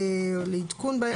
לעדכונם,